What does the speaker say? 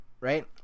right